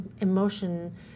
emotion